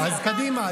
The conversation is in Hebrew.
אז קדימה,